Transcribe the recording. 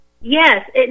Yes